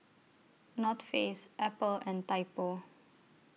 North Face Apple and Typo